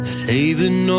saving